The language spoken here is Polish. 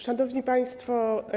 Szanowni Państwo!